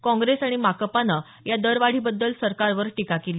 काँग्रेस आणि माकपान या दरवाढीबद्दल सरकारवर टीका केली